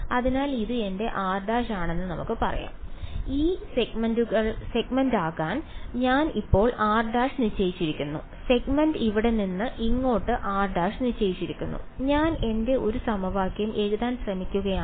അതിനാൽ ഇത് എന്റെ r′ ആണെന്ന് നമുക്ക് പറയാം ഈ സെഗ്മെന്റാകാൻ ഞാൻ ഇപ്പോൾ r′ നിശ്ചയിച്ചിരിക്കുന്നു സെഗ്മെന്റ് ഇവിടെ നിന്ന് ഇങ്ങോട്ട് r′ നിശ്ചയിച്ചിരിക്കുന്നു ഞാൻ എന്റെ ഒരു സമവാക്യം എഴുതാൻ ശ്രമിക്കുകയാണ്